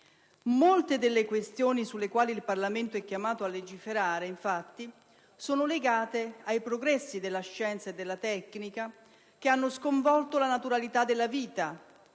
Molte delle questioni sulle quali il Parlamento è chiamato a legiferare, infatti, sono legate ai progressi della scienza e della tecnica, che hanno sconvolto la naturalità della vita,